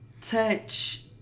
touch